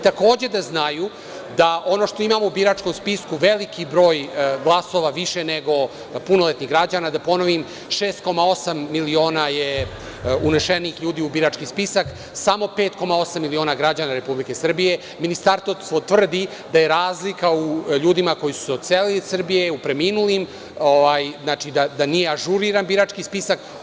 Takođe, da znaju da ono što imamo u biračkom spisku veliki broj glasova više nego punoletnih građana, da ponovim 6,8 miliona je unešenih ljudi u birački spisak, samo 5,8 miliona građana Republike Srbije, Ministarstvo tvrdi da je razlika u ljudima koji su se odselili iz Srbije, preminulim, znači da nije ažuriran birački spisak.